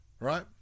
right